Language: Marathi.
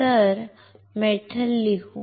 तर मेटल येथे मेटल लिहू